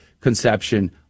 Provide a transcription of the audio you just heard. Conception